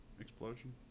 explosion